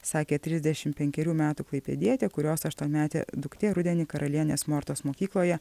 sakė trisdešim penkerių metų klaipėdietė kurios aštuonmetė duktė rudenį karalienės mortos mokykloje